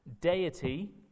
Deity